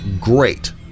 Great